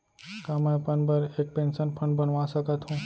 का मैं अपन बर एक पेंशन फण्ड बनवा सकत हो?